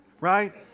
right